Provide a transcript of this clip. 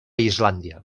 islàndia